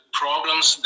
problems